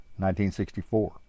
1964